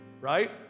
right